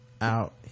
out